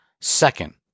Second